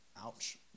Ouch